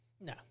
No